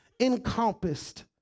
encompassed